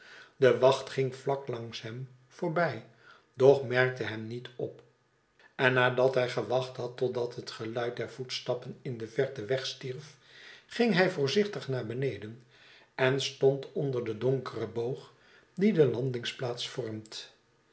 de wacht ging vlak langs hem voorbij doch merkte hem niet op en nadat hij gewachthad totdat het geluid der voetstappen in de verte wegstierf ging hy voorzichtig naar beneden en stond onder de donkere boog die de landingplaats vormt